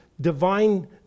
divine